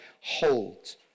holds